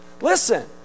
Listen